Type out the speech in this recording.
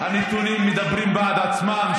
הנתונים מדברים בעד עצמם,